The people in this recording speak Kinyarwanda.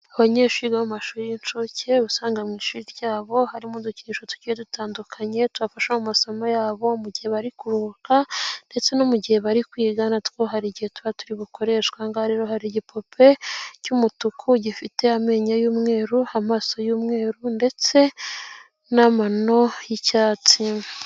Abanyeshuri bo mu mashuri y'incuke ,uba usanga mu ishuri ryabo harimo udukinisho tugiye dutandukanye ,tubafasha mu masomo yabo mu gihe bari kuruhuka, ndetse no mu gihe bari kwiga. Natwo hari igihe tuba turi bukoreshwe aha ngaha rero hari igipupe cy'umutuku, gifite amenyo y'umweru, amaso y'umweru ,ndetse n'amano y'icyatsi.